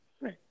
Right